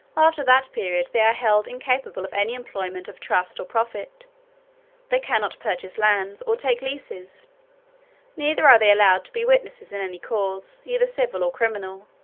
after that period, they are held incapable of any employment of trust or profit they cannot purchase lands, or take leases neither are they allowed to be witnesses in any cause, either civil or criminal,